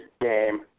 game